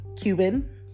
cuban